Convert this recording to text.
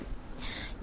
ഹഹ് ejωt